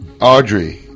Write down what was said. Audrey